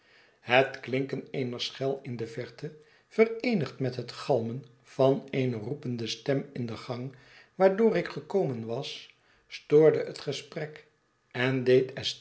het klinken eener schel in de verte vereenigd met het galmen van eene roepende stem in den gang waardoor ik gekomen was stoorde het gesprek en deed